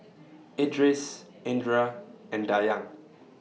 Idris Indra and Dayang